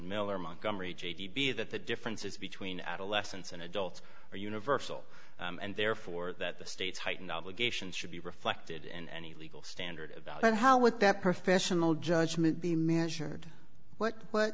miller montgomery j d b that the differences between adolescents and adults are universal and therefore that the state's heightened obligations should be reflected in any legal standard about how would that professional judgment be measured what